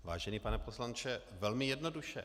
Vážený pane poslanče, velmi jednoduše.